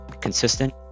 consistent